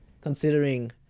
considering